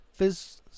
Phys